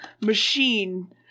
machine